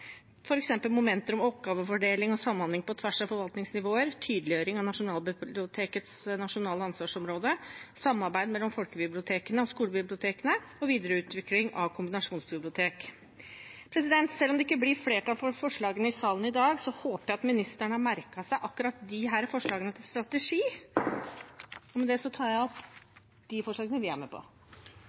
momenter som oppgavefordeling og samhandling på tvers av forvaltningsnivåer, tydeliggjøring av Nasjonalbibliotekets nasjonale ansvarsområder, samarbeid mellom folkebibliotekene og skolebibliotekene og videreutvikling av kombinasjonsbibliotek. Selv om det ikke blir flertall for forslagene i salen i dag, håper jeg at ministeren har merket seg akkurat disse forslagene til strategi. Med dette tar jeg opp de forslagene Senterpartiet har sammen med